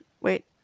Wait